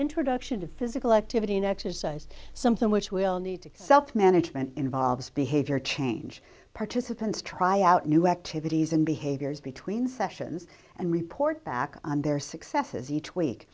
introduction to physical activity an exercise something which will need to self management involves behavior change participants try out new activities and behaviors between sessions and report back on their successes each week